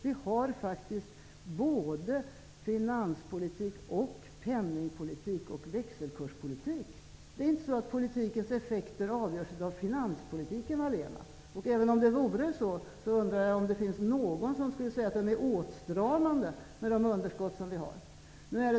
Vi har faktiskt både finanspolitik, penningpolitik och växelkurspolitik. Politikens effekter avgörs inte av finanspolitiken allena. Även om det var så, undrar jag om någon skulle säga att den är åtstramande med de underskott som vi har.